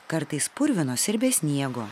kartais purvinos ir be sniego